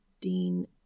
Dean